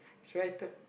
so I though